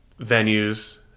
venues